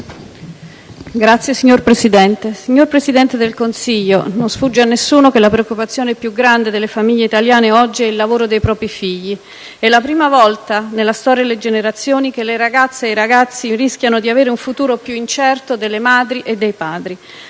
*(PD)*. Signor Presidente, signor Presidente del Consiglio, non sfugge a nessuno che la preoccupazione più grande delle famiglie italiane oggi è il lavoro dei propri figli. È la prima volta, nella storia delle generazioni, che le ragazze e i ragazzi rischiano di avere un futuro più incerto delle madri e dei padri.